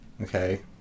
okay